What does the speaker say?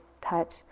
touch